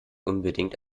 unbedingt